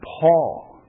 Paul